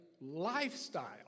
lifestyle